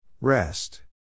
Rest